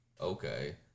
okay